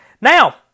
Now